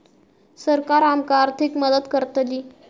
सरकार आमका आर्थिक मदत करतली?